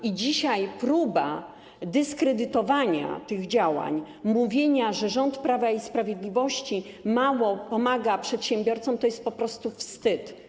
I dzisiaj próba dyskredytowania tych działań, mówienia, że rząd Prawa i Sprawiedliwości mało pomaga przedsiębiorcom, to jest po prostu wstyd.